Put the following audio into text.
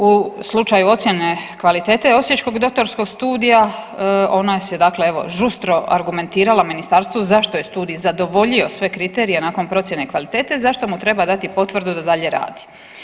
U slučaju ocjene kvalitete osječkog doktorskog studija ona si je dakle evo žustro argumentirala ministarstvu zašto je studij zadovoljio sve kriterije nakon procjene kvalitete i zašto mu treba dati potvrdu da dalje radi.